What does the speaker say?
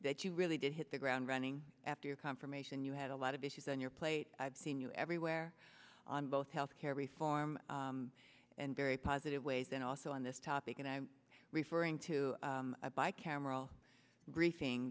that you really did hit the ground running after your confirmation you had a lot of issues on your plate i've seen you everywhere on both health care reform and very positive ways and also on this topic and i'm referring to a bi cameral briefing